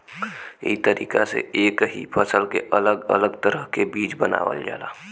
ई तरीका से एक ही फसल के अलग अलग तरह के बीज बनावल जाला